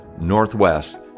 Northwest